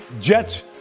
Jets